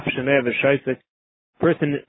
Person